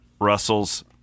Russell's